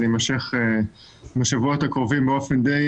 זה יימשך בשבועות הקרובים באופן די